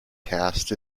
cast